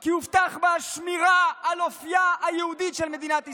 כי הובטחה בה השמירה על אופייה היהודי של מדינת ישראל.